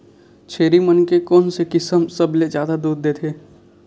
छेरी मन के कोन से किसम सबले जादा दूध देथे?